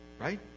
right